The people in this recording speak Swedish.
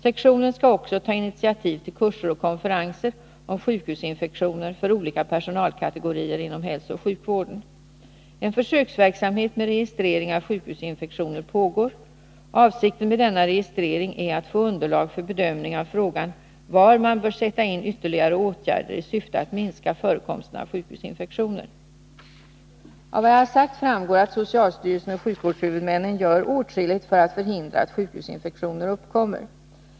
Sektionen skall också ta initiativ till kurser och konferenser om sjukhusinfektioner för olika personalkategorier inom hälsooch sjukvården. En försöksverksamhet med registrering av sjukhusinfektioner pågår. Avsikten med denna registrering är att få underlag för bedömning av frågan var man bör sätta in ytterligare åtgärder i syfte att minska förekomsten av sjukhusinfektioner. Av vad jag har sagt framgår att socialstyrelsen och sjukvårdshuvudmännen gör åtskilligt för att förhindra att sjukhusinfektioner uppkommer.